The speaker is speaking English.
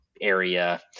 area